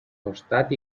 costat